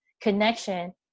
connection